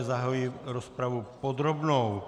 Zahajuji rozpravu podrobnou.